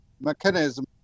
mechanism